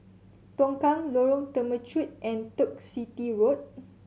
Tongkang Lorong Temechut and Turf City Road